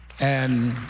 and